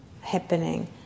happening